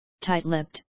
tight-lipped